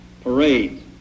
parades